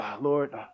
Lord